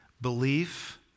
belief